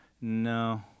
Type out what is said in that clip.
no